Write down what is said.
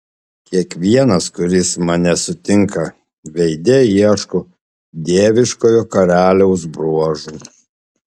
kiekvienas kuris mane sutinka veide ieško dieviškojo karaliaus bruožų